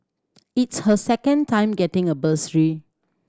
it's her second time getting a bursary